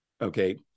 okay